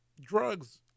drugs